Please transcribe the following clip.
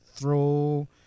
Throw